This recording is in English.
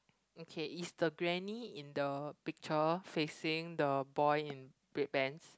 okay is the granny in the picture facing the boy in red pants